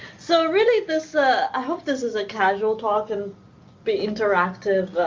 so, really, this ah i hope this is a casual talk and be interactive,